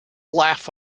laugh